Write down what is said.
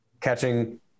catching